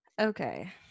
Okay